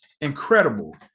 incredible